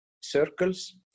circles